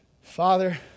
Father